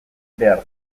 behar